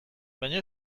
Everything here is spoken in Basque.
baina